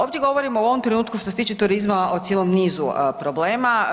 Ovdje govorimo u ovom trenutku što se tiče turizma o cijelom nizu problema.